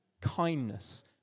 kindness